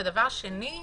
ודבר שני,